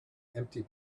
empty